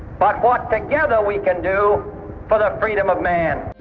but what together we can do for the freedom of men.